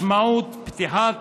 משמעות פתיחת